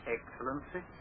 Excellency